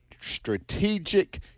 strategic